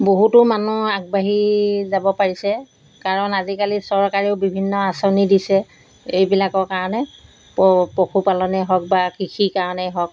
বহুতো মানুহ আগবাঢ়ি যাব পাৰিছে কাৰণ আজিকালি চৰকাৰেও বিভিন্ন আঁচনি দিছে এইবিলাকৰ কাৰণে প পশুপালনে হওক বা কৃষিৰ কাৰণেই হওক